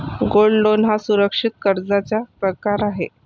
gold loan हा सुरक्षित कर्जाचा प्रकार आहे